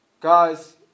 Guys